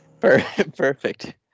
Perfect